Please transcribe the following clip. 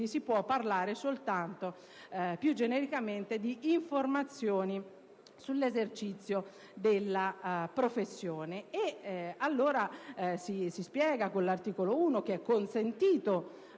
si può parlare soltanto più genericamente di «informazioni sull'esercizio della professione». Allora, con il comma 1 si spiega che «è consentito